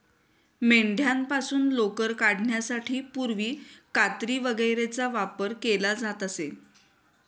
मेंढ्यांपासून लोकर काढण्यासाठी पूर्वी कात्री वगैरेचा वापर केला जात असे